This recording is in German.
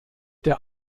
der